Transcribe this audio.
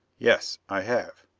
yes. i have.